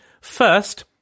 First